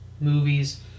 movies